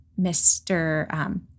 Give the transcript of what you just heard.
Mr